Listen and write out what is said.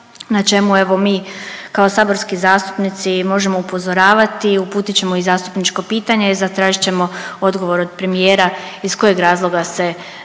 na čemu evo mi kao saborski zastupnici možemo upozoravati i uputit ćemo i zastupničko pitanje i zatražit ćemo odgovor od premijera iz kojeg razloga se